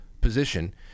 position